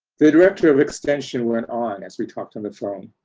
the director of extension went on as we talked on the phone.